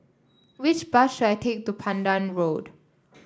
which bus should I take to Pandan Road